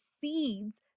seeds